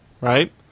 right